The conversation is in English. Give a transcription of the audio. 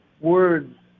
words